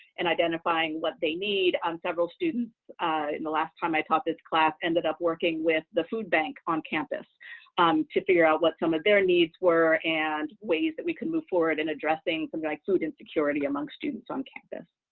and identifying what they need. several students in the last time i taught this class ended up working with the food bank on campus to figure out what some of their needs were and ways that we can move forward in addressing something like food insecurity among students on campus.